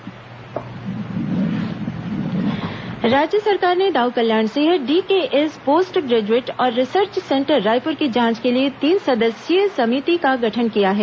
DKS जांच राज्य सरकार ने Dau Kalyan Singh DKS post graduate और रिसर्च सेंटर रायपुर की जांच के लिए तीन सदस्यीय समिति का गठन किया है